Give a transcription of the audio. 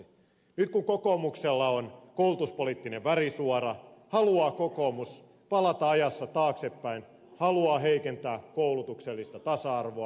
nyt kun kokoomuksella on koulutuspoliittinen värisuora haluaa kokoomus palata ajassa taaksepäin heikentää koulutuksellista tasa arvoa